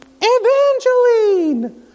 Evangeline